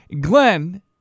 Glenn